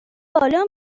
بالا